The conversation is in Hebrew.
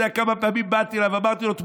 והוא יודע כמה פעמים באתי אליו ואמרתי לו